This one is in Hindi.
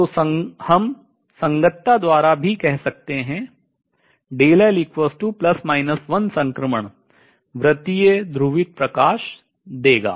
तो हम संगतता द्वारा भी कह सकते हैं संक्रमण वृतीय ध्रुवित प्रकाश देगा